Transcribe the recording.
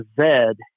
zed